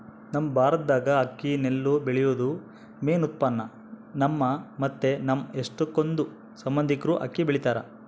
ನಮ್ ಭಾರತ್ದಾಗ ಅಕ್ಕಿ ನೆಲ್ಲು ಬೆಳ್ಯೇದು ಮೇನ್ ಉತ್ಪನ್ನ, ನಮ್ಮ ಮತ್ತೆ ನಮ್ ಎಷ್ಟಕೊಂದ್ ಸಂಬಂದಿಕ್ರು ಅಕ್ಕಿ ಬೆಳಿತಾರ